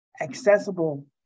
accessible